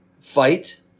fight